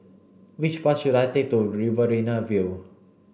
which bus should I take to Riverina View